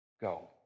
go